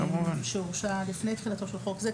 שהורשה לפני תחילתו של חוק זה,